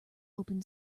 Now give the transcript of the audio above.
open